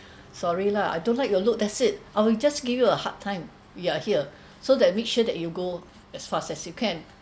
sorry lah I don't like your look that's it I will just give you a hard time you're here so that make sure that you go as fast as you can